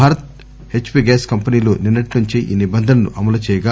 Bharat HP gas కంపెనీలు నిన్నటి నుంచే ఈ నిబంధనను అమలు చేయగా